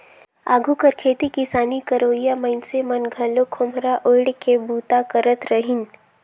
आघु कर खेती किसानी करोइया मइनसे मन घलो खोम्हरा ओएढ़ के बूता करत रहिन